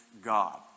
God